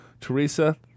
Teresa